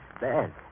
bad